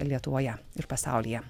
lietuvoje ir pasaulyje